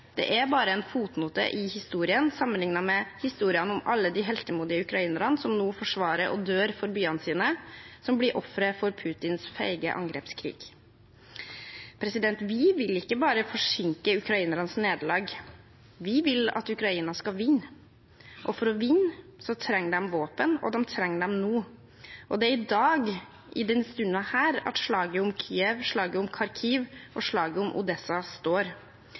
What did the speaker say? Det er bare en fotnote i historien, sammenliknet med historiene om alle de heltemodige ukrainerne som nå forsvarer og dør for byene sine, og som blir ofre for Putins feige angrepskrig. Vi vil ikke bare forsinke ukrainernes nederlag. Vi vil at Ukrainas skal vinne, og for å vinne trenger de våpen, og de trenger dem nå. Det er i dag, i denne stund, at slaget om Kiev, slaget om Kharkiv og slaget om Odessa står.